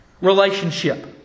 relationship